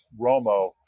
Romo